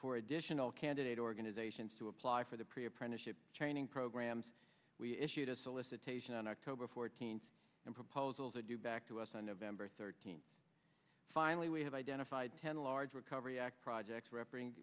for additional candidate organizations to apply for the pre apprenticeship training programs we issued a solicitation on october fourteenth and proposals are due back to us on november thirteenth finally we have identified ten large cover yack projects rep